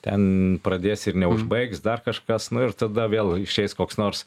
ten pradės ir neužbaigs dar kažkas nu ir tada vėl išeis koks nors